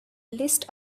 list